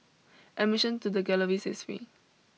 admission to the galleries is free